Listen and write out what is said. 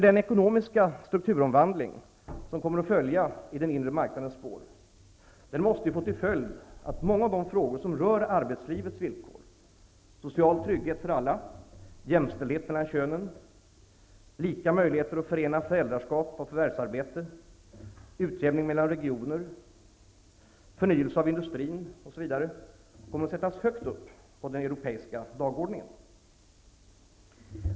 Den ekonomiska strukturomvandling som kommer att följa i den inre marknadens spår måste få till följd att många av de frågor som rör arbetslivets villkor -- social trygghet för alla, jämställdighet mellan könen, lika möjligheter att förena föräldraskap och förvärvsarbete, utjämning mellan regioner, förnyelse av industrin osv. -- kommer att sättas högt upp på den europeiska dagordningen.